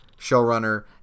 showrunner